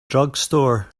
drugstore